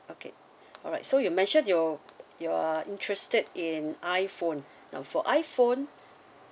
okay alright so you mentioned you're you are interested in iphone now for iphone